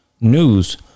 news